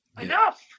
Enough